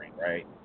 right